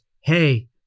hey